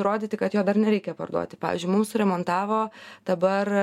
įrodyti kad jo dar nereikia parduoti pavyzdžiui mum suremontavo dabar